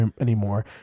anymore